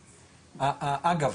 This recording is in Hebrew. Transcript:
אגב,